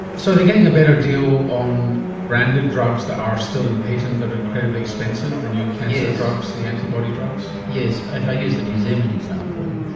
so they're getting a better deal on branded drugs that are still in patent that are incredibly expensive, the new cancer drugs, the antibody drugs. yes. if i use the new zealand example,